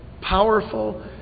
powerful